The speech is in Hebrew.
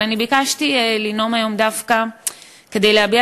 אבל אני ביקשתי לנאום היום דווקא כדי להביע